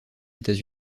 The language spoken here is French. états